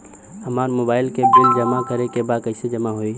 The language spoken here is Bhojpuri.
हमार मोबाइल के बिल जमा करे बा कैसे जमा होई?